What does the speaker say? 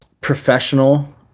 professional